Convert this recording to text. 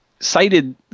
Cited